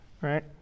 right